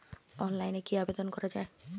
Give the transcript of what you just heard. অনলাইনে কি আবেদন করা য়ায়?